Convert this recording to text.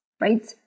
right